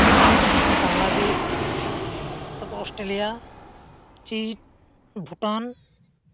ᱵᱟᱝᱞᱟᱫᱮᱥ ᱛᱟᱨᱯᱚᱨᱮ ᱚᱥᱴᱨᱮᱞᱤᱭᱟ ᱪᱤᱱ ᱵᱷᱩᱴᱟᱱ